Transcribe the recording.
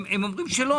הם אומרים שלא.